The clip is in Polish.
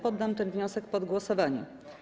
Poddam ten wniosek pod głosowanie.